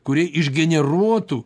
kurie išgeneruotų